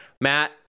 Matt